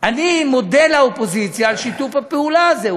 אני מודה לאופוזיציה על שיתוף הפעולה הזה,